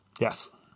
Yes